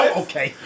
okay